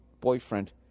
boyfriend